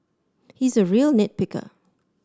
he is a real nit picker